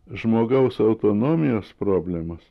žmogaus autonomijos problemos